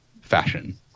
fashion